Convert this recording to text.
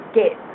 get